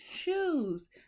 shoes